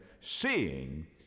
seeing